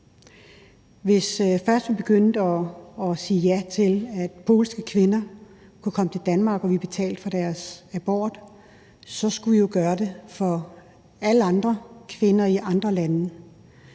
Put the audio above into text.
Hvis først vi begyndte at sige ja til, at polske kvinder kunne komme til Danmark og vi betalte for det, så skulle vi jo også gøre det for alle andre kvinder i andre lande.